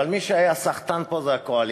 אבל מי שהיה סחטן פה זה הקואליציה.